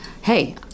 hey